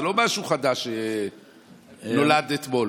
זה לא משהו חדש שנולד אתמול.